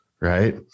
right